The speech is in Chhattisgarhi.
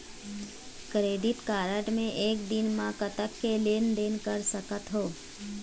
क्रेडिट कारड मे एक दिन म कतक के लेन देन कर सकत हो?